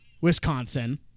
Wisconsin